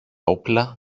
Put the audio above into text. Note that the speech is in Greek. όπλα